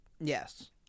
Yes